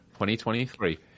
2023